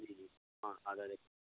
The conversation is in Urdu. جی جی ہاں آدھا آدھا